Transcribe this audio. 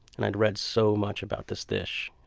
and i'd read so much about this dish.